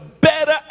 better